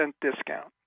discount